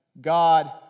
God